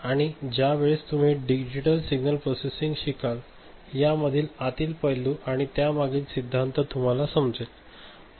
आणि ज्या वेळेस तुम्ही डिजिटल सिग्नल प्रोसेसिंग शिकाल या मधील आतील पैलू आणि त्यामागील सिद्धांत आता तुम्हाला समजेल